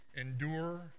endure